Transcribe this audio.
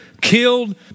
killed